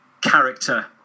character